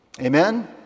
Amen